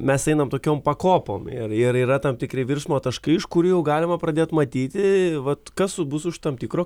mes einam tokiom pakopom ir ir yra tam tikri viršmo taškai iš kurių galima pradėt matyti vat kas bus už tam tikro